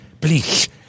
Please